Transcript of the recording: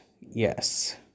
yes